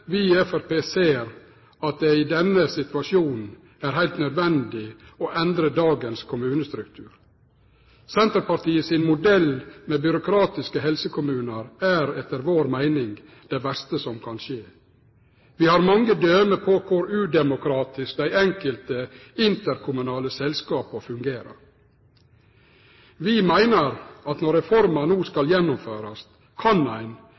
Vi i Framstegspartiet ser at det i denne situasjonen er heilt nødvendig å endre dagens kommunestruktur. Senterpartiet sin modell med byråkratiske helsekommunar er etter vår meining det verste som kan skje. Vi har mange døme på kor udemokratisk dei enkelte interkommunale selskapa fungerer. Vi meiner at når reforma no skal gjennomførast, kan ein